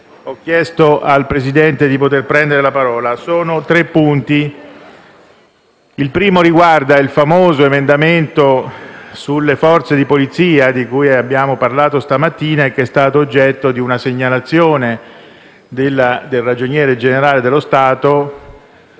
ho chiesto al Presidente di poter prendere la parola. Sono tre punti. Il primo riguarda il famoso emendamento sulle forze di polizia, di cui abbiamo parlato questa mattina, che è stato oggetto della segnalazione del Ragioniere generale dello Stato,